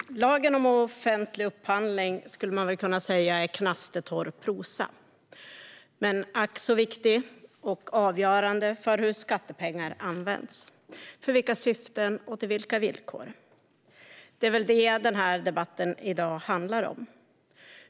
Herr talman! Lagen om offentlig upphandling skulle man väl kunna säga är knastertorr prosa, men den är ack så viktig och avgörande för hur, i vilka syften och på vilka villkor skattepengar används. Det är väl det den här debatten handlar om.